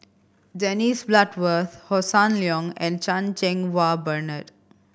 Dennis Bloodworth Hossan Leong and Chan Cheng Wah Bernard